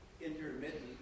Intermittent